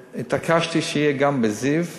התעקשתי שיהיה גם בבית-חולים זיו,